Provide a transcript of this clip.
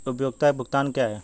उपयोगिता भुगतान क्या हैं?